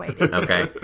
Okay